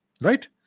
right